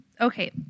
Okay